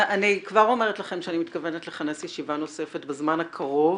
אני כבר אומרת לכם שאני מתכוונת לכנס ישיבה נוספת בזמן הקרוב,